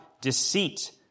deceit